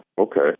Okay